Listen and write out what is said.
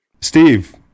Steve